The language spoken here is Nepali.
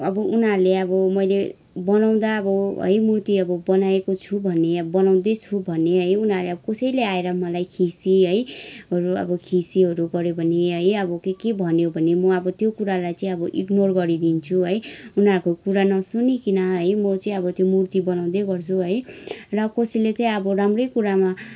अब उनीहरूले अब मैले बनाउँदा अब है मुर्ति अब बनाएको छु भने बनाउँदै छु भने है उनीहरू कसैले आएर मलाई खिसी है हरू आबो खिसीहरू गऱ्यो भने है अब के के भन्यो भनी म अब त्यो कुरालाई चाहिँ अब इग्नोर गरिदिन्छु है उनीहरूको कुरा नसुनिकन है म चाहिँ अब त्यो मुर्ति बनाउँदै गर्छु है र कसैले चाहिँ अब राम्रै कुरामा